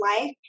life